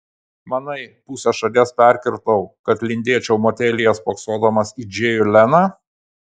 manai pusę šalies perkirtau kad lindėčiau motelyje spoksodamas į džėjų leną